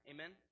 Amen